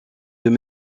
deux